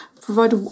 provide